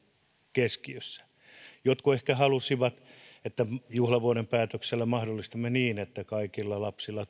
keskiössä jotkut ehkä halusivat että juhlavuoden päätöksellä mahdollistamme niin että kaikilla lapsilla